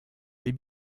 les